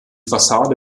fassade